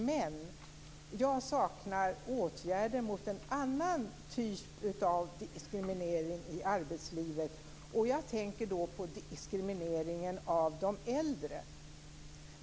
Men jag saknar åtgärder mot en annan typ av diskriminering i arbetslivet, och jag tänker då på diskrimineringen av de äldre.